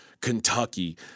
Kentucky